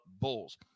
Bulls